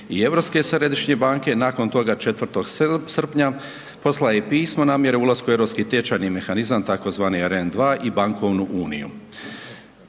i Europske središnje banke, nakon toga 4. srpnja poslala i pismo namjere o ulasku u europski tečajni mehanizam tzv. ERM II i bankovnu uniju